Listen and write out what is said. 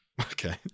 Okay